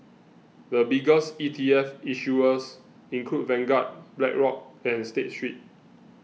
the biggest E T F issuers include Vanguard Blackrock and State Street